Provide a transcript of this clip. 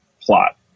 plot